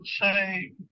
say